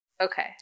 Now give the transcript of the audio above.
Okay